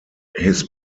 his